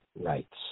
rights